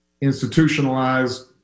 institutionalized